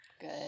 good